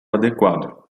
adequado